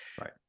right